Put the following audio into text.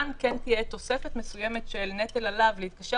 כאן כן תהיה תוספת מסוימת של נטל עליו להתקשר